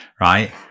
right